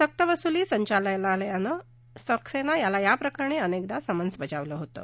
सक्तवसुली संचालनालयानं सक्सेना याला याप्रकरणी अनेकदा समन्स बजावलं होतं